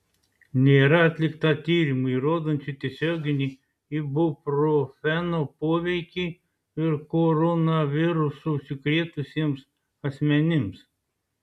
nėra atlikta tyrimų įrodančių tiesioginį ibuprofeno poveikį koronavirusu užsikrėtusiems asmenims